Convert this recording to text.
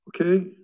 Okay